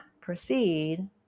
proceed